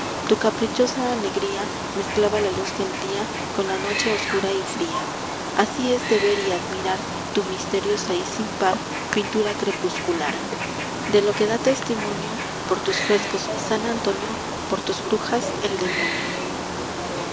tu caprichosa alegría mezclaba la luz del día con la noche oscura y fría así es de ver y admirar tu misteriosa y sin par pintura crepuscular de lo que da testimonio por tus frescos san antonio por tus brujas el demonio